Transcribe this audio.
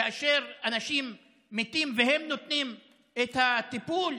כאשר אנשים מתים והם נותנים את הטיפול?